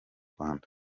rwanda